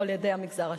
על-ידי המגזר השלישי.